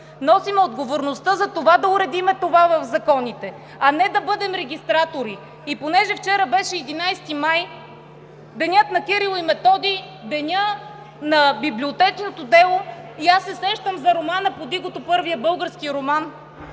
носим отговорността да уредим това в законите, а не да бъдем регистратори! И понеже вчера беше 11 май – Денят на Кирил и Методий, Денят на библиотечното дело, се сещам за романа „Под игото“ – първия български роман.